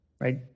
Right